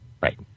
Right